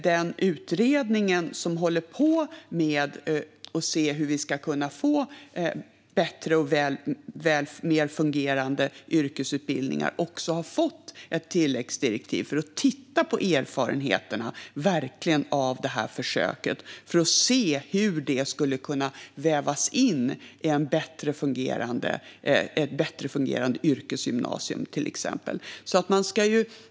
Den utredning som ser över hur vi ska kunna få bättre och välfungerande yrkesutbildningar har därför också fått ett tilläggsdirektiv om att titta på erfarenheterna av det här försöket för att se hur dessa kan vävas in i till exempel ett bättre fungerande yrkesgymnasium.